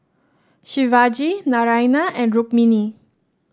Shivaji Naraina and Rukmini